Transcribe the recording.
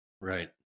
Right